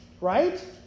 Right